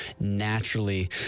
naturally